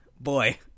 Boy